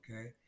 okay